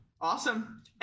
Awesome